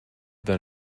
than